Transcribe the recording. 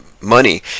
money